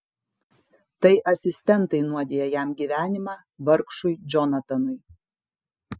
tai asistentai nuodija jam gyvenimą vargšui džonatanui